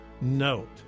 note